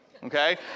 Okay